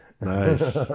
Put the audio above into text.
nice